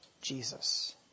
Jesus